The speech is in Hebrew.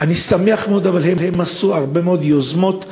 ואני שמח מאוד, אבל הן עשו הרבה מאוד יוזמות שלהן,